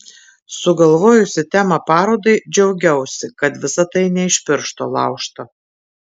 sugalvojusi temą parodai džiaugiausi kad visa tai ne iš piršto laužta